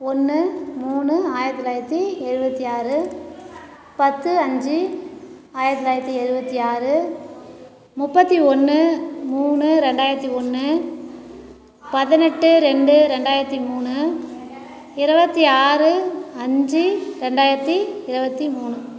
ஒன்று மூணு ஆயிரத்தி தொள்ளாயிரத்தி எழுவத்தி ஆறு பத்து அஞ்சு ஆயிரத்தி தொள்ளாயிரத்தி எழுவத்தி ஆறு முப்பத்தி ஒன்று மூணு ரெண்டாயிரத்தி ஒன்று பதினெட்டு ரெண்டு ரெண்டாயிரத்தி மூணு இருபத்தி ஆறு அஞ்சு ரெண்டாயிரத்தி இருபத்தி மூணு